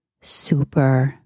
super